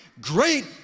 Great